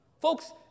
Folks